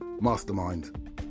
Mastermind